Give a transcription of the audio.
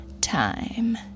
time